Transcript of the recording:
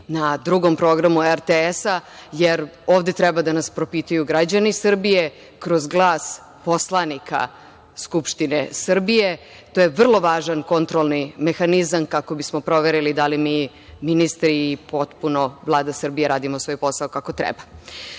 na Drugom programu RTS jer ovde treba da nas propitaju građani Srbije kroz glas poslanika Skupštine Srbije. To je vrlo važan kontrolni mehanizam kako bismo proverili da li mi ministri, potpuno i Vlada Srbije radimo svoj posao kako treba. Idemo